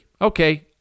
okay